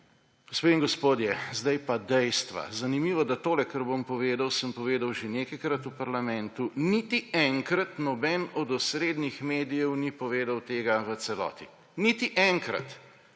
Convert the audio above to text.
Gospe in gospodje, zdaj pa dejstva. Zanimivo, da tole, kar bom povedal, sem povedal že nekajkrat v parlamentu. Niti enkrat noben od osrednjih medijev ni povedal tega v celoti. Niti enkrat.